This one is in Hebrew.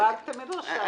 הבנק תמיד רשאי.